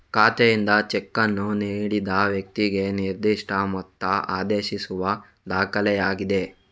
ಖಾತೆಯಿಂದ ಚೆಕ್ ಅನ್ನು ನೀಡಿದ ವ್ಯಕ್ತಿಗೆ ನಿರ್ದಿಷ್ಟ ಮೊತ್ತ ಆದೇಶಿಸುವ ದಾಖಲೆಯಾಗಿದೆ